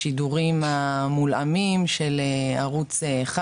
השידורים ה'מולאמים' של ערוץ אחד,